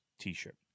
T-shirt